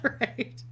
right